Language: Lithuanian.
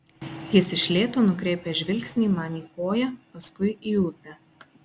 jis iš lėto nukreipia žvilgsnį man į koją paskui į upę